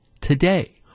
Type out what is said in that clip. today